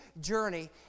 journey